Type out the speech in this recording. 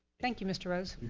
thank you mr. rose.